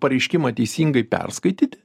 pareiškimą teisingai perskaityti